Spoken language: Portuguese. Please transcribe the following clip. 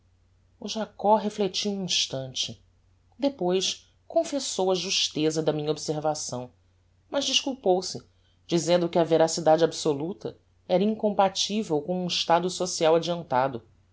o jacob reflectiu um instante depois confessou a justeza da minha observação mas desculpou-se dizendo que a veracidade absoluta era incompativel com um estado social adiantado